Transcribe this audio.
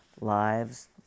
lives